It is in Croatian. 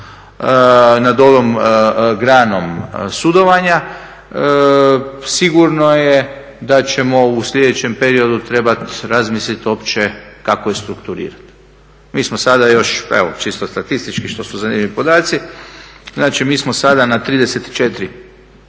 nad ovom granom sudovanja. Sigurno je da ćemo u sljedećem periodu trebati razmisliti uopće kako je strukturirana. Mi smo sada još, evo čisto statistički što su zanimljivi podaci, znači mi smo sada na 34